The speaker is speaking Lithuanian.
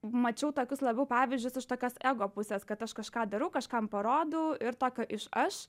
mačiau tokius labiau pavyzdžius iš tokios ego pusės kad aš kažką darau kažkam parodau ir tokio iš aš